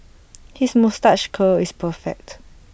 his moustache curl is perfect